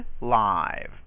live